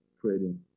creating